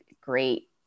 great